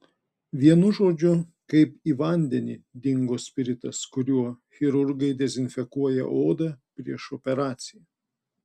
vienu žodžiu kaip į vandenį dingo spiritas kuriuo chirurgai dezinfekuoja odą prieš operaciją